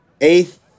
eighth